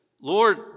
Lord